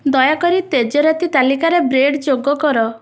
ଦୟାକରି ତେଜରାତି ତାଲିକାରେ ବ୍ରେଡ଼ ଯୋଗ କର